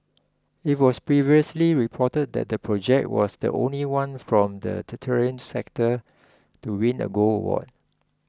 it was previously reported that the project was the only one from the tertiary sector to win a gold award